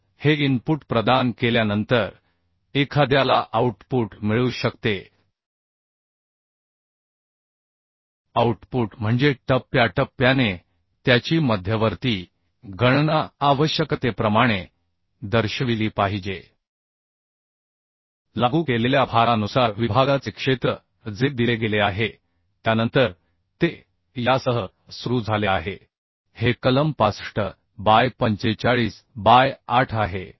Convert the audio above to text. तर हे इनपुट प्रदान केल्यानंतर एखाद्याला आऊटपूट मिळू शकते आऊटपूट म्हणजे टप्प्याटप्प्याने त्याची मध्यवर्ती गणना आवश्यकतेप्रमाणे दर्शविली पाहिजे लागू केलेल्या भारानुसार विभागाचे क्षेत्र जे दिले गेले आहे त्यानंतर ते यासह सुरू झाले आहे हे कलम 65 बाय 45 बाय 8 आहे